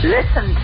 Listen